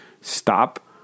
Stop